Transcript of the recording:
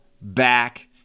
back